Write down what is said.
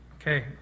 Okay